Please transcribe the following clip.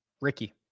Ricky